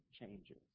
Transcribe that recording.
changes